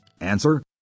Answer